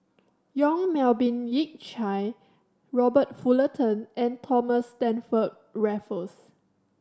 Yong Melvin Yik Chye Robert Fullerton and Thomas Stamford Raffles